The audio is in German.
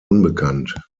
unbekannt